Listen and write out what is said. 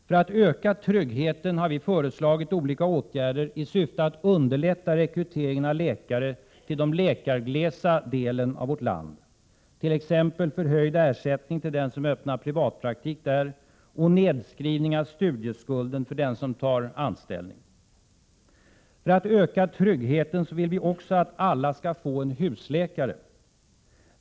För att öka tryggheten har vi föreslagit olika åtgärder i syfte att underlätta rekryteringen av läkare till de läkarglesa delarna av vårt land, t.ex. förhöjd ersättning till den som öppnar privatpraktik där och nedskrivning av studieskulden för den som tar anställning där. För att öka tryggheten vill vi också att alla skall få en husläkare.